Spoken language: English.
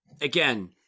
again